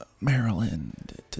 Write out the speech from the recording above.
Maryland